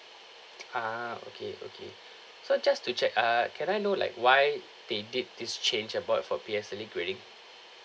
ah okay okay so just to check ah can I know like why they did this change about for P_S_L_E grading